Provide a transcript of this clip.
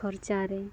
ᱠᱷᱚᱨᱪᱟᱨᱮ